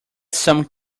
some